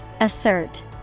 Assert